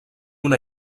una